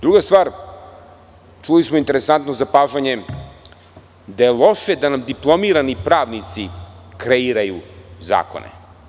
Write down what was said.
Druga stvar, čuli smo interesantno zapažanje da je loše da nam diplomirani pravnici kreiraju zakone.